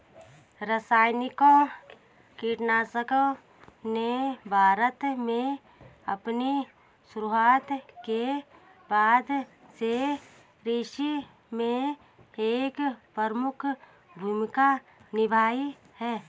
रासायनिक कीटनाशकों ने भारत में अपनी शुरूआत के बाद से कृषि में एक प्रमुख भूमिका निभाई है